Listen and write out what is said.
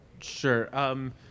Sure